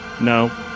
No